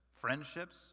Friendships